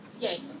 Yes